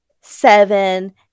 seven